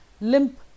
limp